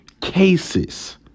cases